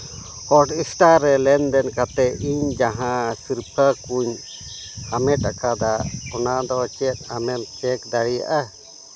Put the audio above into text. ᱦᱚᱴᱮᱥᱴᱟᱨ ᱨᱮ ᱞᱮᱱᱫᱮᱱ ᱠᱟᱛᱮᱫ ᱤᱧ ᱡᱟᱦᱟᱸ ᱥᱤᱨᱯᱟᱹ ᱠᱚᱧ ᱦᱟᱢᱮᱴ ᱟᱠᱟᱫᱟ ᱚᱱᱟ ᱫᱚ ᱪᱮᱫ ᱟᱢᱮᱢ ᱪᱮᱠ ᱫᱟᱲᱮᱭᱟᱜᱼᱟ